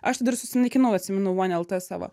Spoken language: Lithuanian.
aš tai dar susinaikinau atsimenu uon lt savo